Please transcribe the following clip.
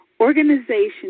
Organization